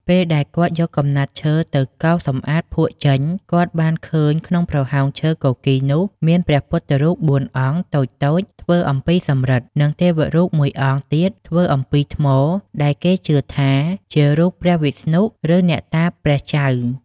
ពេលដែលគាត់យកកំណាត់ឈើទៅកោសសំអាតភក់ចេញ គាត់បានឃើញក្នុងប្រហោងឈើគគីរនោះមាន ព្រះពុទ្ធរូប ៤ អង្គ តូចៗធ្វើអំពីសំរឹទ្ធិ និង ទេវរូបមួយអង្គ ទៀតធ្វើអំពីថ្ម ដែលគេជឿថាជារូបព្រះវិស្ណុ ឬអ្នកតាព្រះចៅ។